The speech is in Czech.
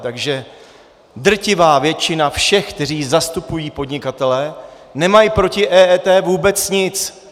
Takže drtivá většina všech, kteří zastupují podnikatele, nemá proti EET vůbec nic.